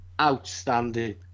outstanding